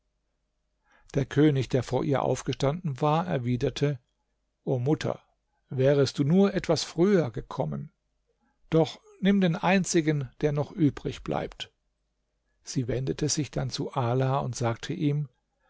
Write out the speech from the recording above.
der könig der vor ihr aufgestanden war erwiderte o mutter wärest du nur etwas früher gekommen doch nimm den einzigen der noch übrig bleibt sie wendete sich dann zu ala und sagte ihm